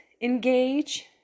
engage